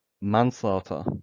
Manslaughter